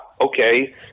okay